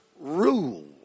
rule